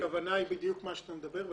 הכוונה היא בדיוק מה שאתה מדבר עליו.